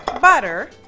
butter